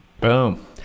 Boom